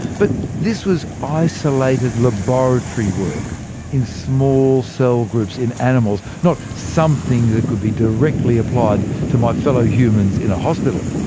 but this was isolated laboratory work in small cell groups in animals, not something that could be directly applied to my fellow humans in a hospital.